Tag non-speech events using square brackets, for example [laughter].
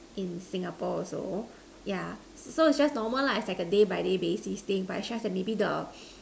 in Singapore also yeah so so it's just normal lah it's like a day by day basis thing but it's just that maybe the [breath]